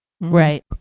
right